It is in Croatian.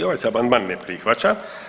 I ovaj se amandman ne prihvaća.